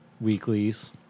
weeklies